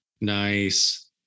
Nice